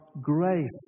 grace